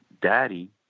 Daddy